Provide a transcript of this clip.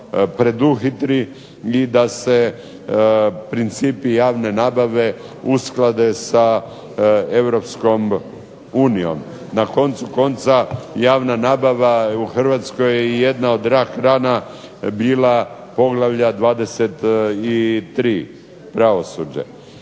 preduhitri i da se principi javne nabave usklade sa Europskom unijom. Na koncu konca, javna nabava u Hrvatskoj je jedna od rak rana bila poglavlja 23-Pravosuđe.